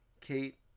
Kate